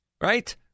right